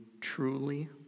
truly